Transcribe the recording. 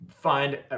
find